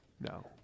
No